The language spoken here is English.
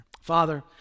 Father